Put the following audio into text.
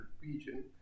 region